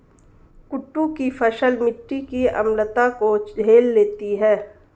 कुट्टू की फसल मिट्टी की अम्लता को झेल लेती है